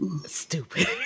Stupid